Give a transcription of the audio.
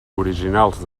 originals